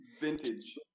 Vintage